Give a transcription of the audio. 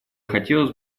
хотелось